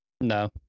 No